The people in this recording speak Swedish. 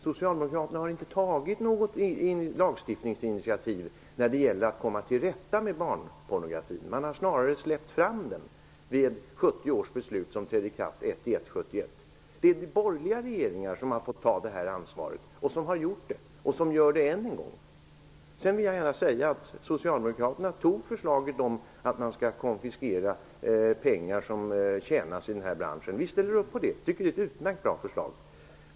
Socialdemokraterna har inte tagit något lagstiftningsinitiativ när det gäller att komma till rätta med barnpornografin. De har snarare släppt fram den, genom 1970 års beslut, som trädde i kraft den 1 januari 1971. Det är borgerliga regeringar som har fått ta ansvaret, som har gjort det och som gör det än en gång. Jag vill gärna säga att Socialdemokraterna tog fram förslaget om att konfiskera pengar som tjänas i den här branschen. Vi tycker att det är ett utmärkt bra förslag, och vi ställer upp på det.